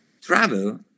travel